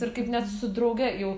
ir kaip net su drauge jau